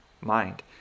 mind